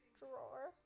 drawer